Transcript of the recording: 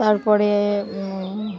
তারপরে